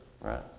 right